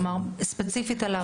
כלומר, ספציפית על הערביות?